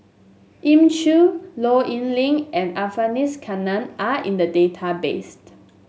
Elim Chew Low Yen Ling and are in the database